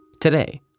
Today